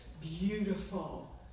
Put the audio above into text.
beautiful